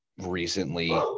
recently